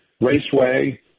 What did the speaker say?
Raceway